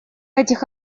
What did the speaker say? этих